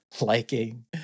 liking